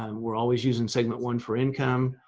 um we're always using segment one for income,